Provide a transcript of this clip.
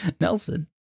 nelson